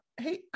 Hey